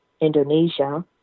indonesia